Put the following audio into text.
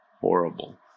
horrible